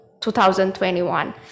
2021